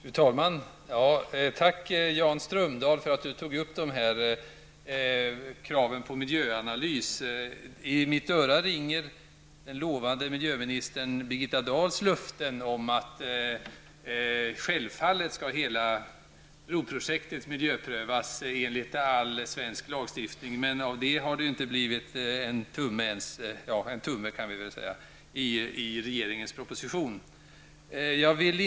Fru talman! Jag vill tacka Jan Strömdahl för att han tog upp kraven på miljöanalys. I mitt öra ringer den lovande miljöministern Birgitta Dahls löften om att hela broprojektet självfallet skall miljöprövas enligt all svensk lagstiftning, men av det har det inte blivit en tumme ens -- jo, en tumme kan vi kanske säga -- i regeringens proposition. Fru talman!